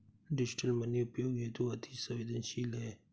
digital money उपयोग हेतु अति सवेंदनशील है